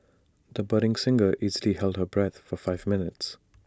the budding singer easily held her breath for five minutes